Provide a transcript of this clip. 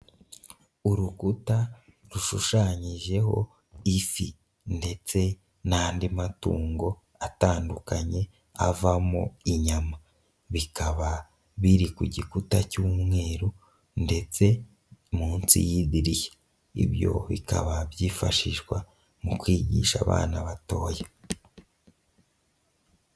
Urukuta rushushanyijeho ifi ndetse n'andi matungo atandukanye avamo inyama, bikaba biri ku gikuta cy'umweru ndetse munsi y'idirishya, ibyo bikaba byifashishwa mu kwigisha abana batoya.